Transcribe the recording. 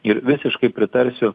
ir visiškai pritarsiu